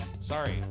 Sorry